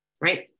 right